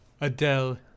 Adele